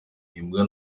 imbwa